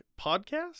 podcast